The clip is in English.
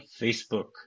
Facebook